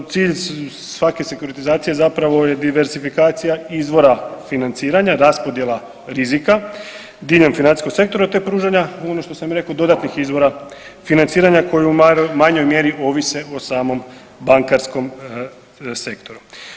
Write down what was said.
Cilj svake sekuritizacije za zapravo diverzifikacija izvora financiranja, raspodjela rizika diljem financijskog sektora te pružanja ono što sam i rekao dodatnih izvora financiranja koji u manjoj mjeri ovise o samom bankarskom sektoru.